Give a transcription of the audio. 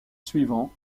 suivants